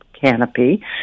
canopy